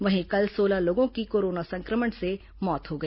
वहीं कल सोलह लोगों की कोरोना संक्रमण से मौत हो गई